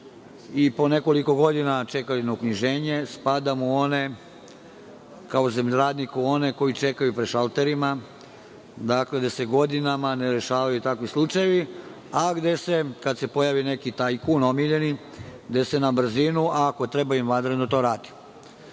i po nekoliko godina čekali na uknjiženje. Spadam kao zemljoradnik u one koji čekaju pred šalterima, gde se godinama ne rešavaju takvi slučajevi, a gde se kada se pojavi neki tajkun omiljeni, gde se na brzinu ako treba i vanredno to